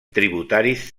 tributaris